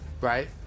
right